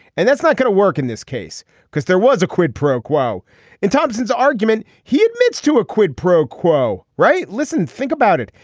and that's not going to work in this case because there was a quid pro quo in thompson's argument. he admits to a quid pro quo right. listen think about it.